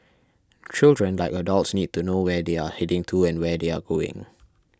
children like adults need to know where they are heading to and where they are going